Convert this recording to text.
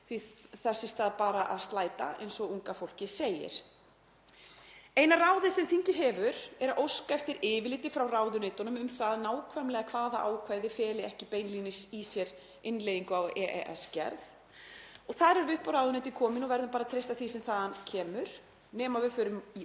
því þess í stað bara að „slæda“, eins og unga fólkið segir. Eina ráðið sem þingið hefur er að óska eftir yfirliti frá ráðuneytunum um það nákvæmlega hvaða ákvæði feli ekki beinlínis í sér innleiðingu á EES-gerð. Þar erum við upp á ráðuneytið komin og verðum bara að treysta því sem þaðan kemur nema við förum í